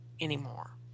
anymore